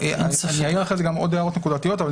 אני אעיר אחרי זה עוד הערות נקודתיות,